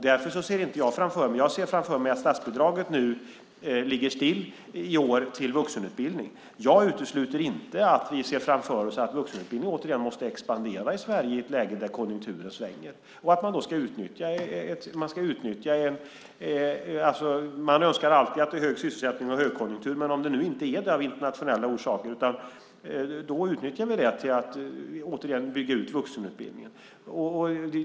Därför ser jag framför mig att statsbidraget till vuxenutbildning ligger still i år. Jag utesluter inte att vuxenutbildningen i Sverige måste expandera i ett läge där konjunkturen svänger. Man önskar alltid att det är hög sysselsättning och högkonjunktur, men om det nu inte är det av internationella orsaker utnyttjar vi det till att åter bygga ut vuxenutbildningen.